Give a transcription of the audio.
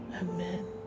amen